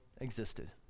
existed